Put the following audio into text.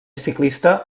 ciclista